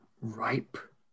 ripe